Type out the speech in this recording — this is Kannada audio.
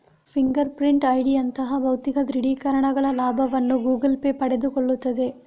ಫಿಂಗರ್ ಪ್ರಿಂಟ್ ಐಡಿಯಂತಹ ಭೌತಿಕ ದೃಢೀಕರಣಗಳ ಲಾಭವನ್ನು ಗೂಗಲ್ ಪೇ ಪಡೆದುಕೊಳ್ಳುತ್ತದೆ